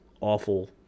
awful